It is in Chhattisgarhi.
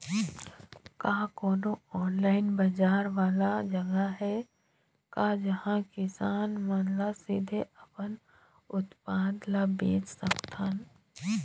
का कोनो ऑनलाइन बाजार वाला जगह हे का जहां किसान मन ल सीधे अपन उत्पाद ल बेच सकथन?